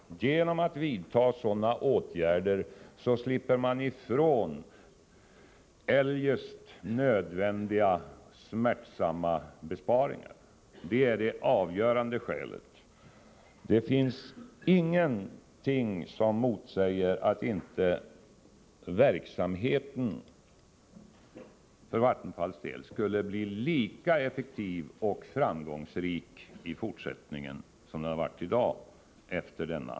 Genom att vidta sådana åtgärder slipper man ifrån annars nödvändiga och smärtsamma besparingar. Det är alltså det avgörande skälet för oss. Det finns ingenting som motsäger att inte verksamheten för Vattenfalls del efter denna operation skall bli lika effektiv och framgångsrik som den är i dag.